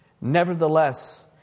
Nevertheless